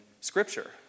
Scripture